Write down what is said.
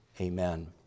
Amen